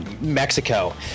Mexico